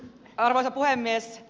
arvoisa puhemies